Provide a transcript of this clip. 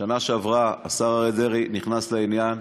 בשנה שעברה השר אריה דרעי נכנס לעניין,